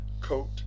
Coat